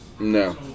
No